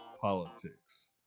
politics